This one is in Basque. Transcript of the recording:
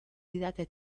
didaten